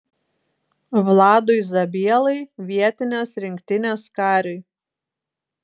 vladui zabielai vietinės rinktinės kariui